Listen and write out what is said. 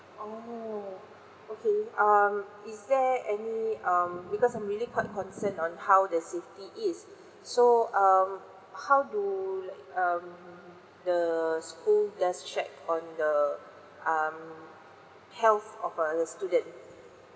oh okay um is there any um because I'm really quite concerned on how the safety is so um how do like um the school does check on the um health of a student